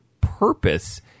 purpose